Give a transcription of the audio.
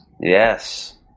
Yes